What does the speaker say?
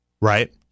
Right